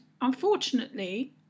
unfortunately